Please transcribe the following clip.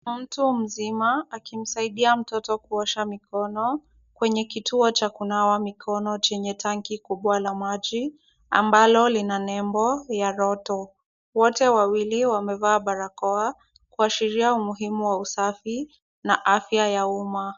Mtu mzima akimsaidia mtoto kuosha mikono, kwenye kituo cha kunawa mikono chenye tanki kubwa la maji ambalo lina nembo ya rotto. Wote wawili wamevaa barakoa kuashiria umuhimu wa usafi na afya ya uma.